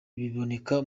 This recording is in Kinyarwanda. biboneka